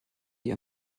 die